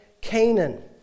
Canaan